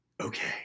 Okay